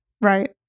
Right